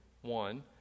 one